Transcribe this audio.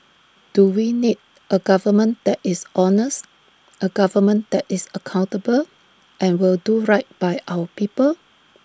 do we need A government that is honest A government that is accountable and will do right by our people